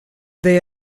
they